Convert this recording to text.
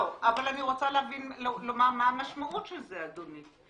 אבל אני רוצה לומר מה המשמעות של זה, אדוני.